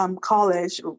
college